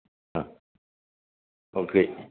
ആ ഓക്കെ